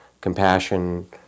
compassion